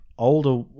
Older